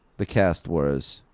the cast was.